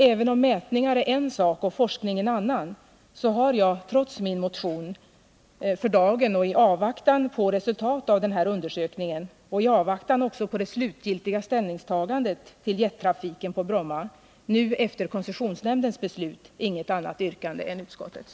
Även om mätningar är en sak och forskning en annan har jag, trots min motion, för dagen i avvaktan på resultatet av denna undersökning och i avvaktan också på det slutgiltiga ställningstagandet till jettrafiken på Bromma nu efter koncessionsnämndens beslut inget annat yrkande än utskottets.